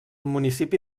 municipi